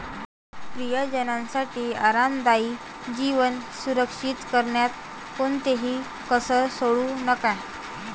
प्रियजनांसाठी आरामदायी जीवन सुनिश्चित करण्यात कोणतीही कसर सोडू नका